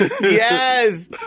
Yes